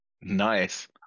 Nice